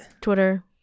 Twitter